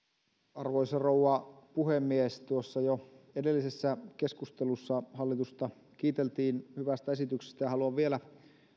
arvoisa rouva puhemies tuossa jo edellisessä keskustelussa hallitusta kiiteltiin hyvästä esityksestä ja haluan vielä